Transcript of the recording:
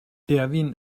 erwin